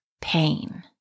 pain